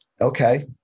okay